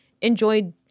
enjoyed